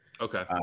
Okay